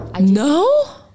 no